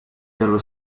dello